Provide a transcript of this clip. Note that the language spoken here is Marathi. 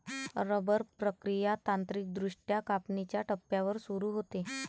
रबर प्रक्रिया तांत्रिकदृष्ट्या कापणीच्या टप्प्यावर सुरू होते